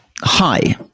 Hi